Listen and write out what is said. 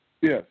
Yes